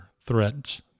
threats